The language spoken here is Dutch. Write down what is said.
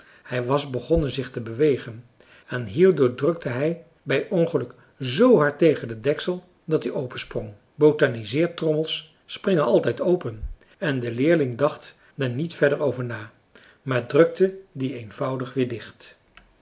hij was begonnen zich te bewegen en hierdoor drukte hij bij ongeluk z hard tegen den deksel dat die opensprong botaniseertrommels springen altijd open en de leerling dacht daar niet verder over na maar drukte die eenvoudig weer dicht